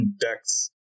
decks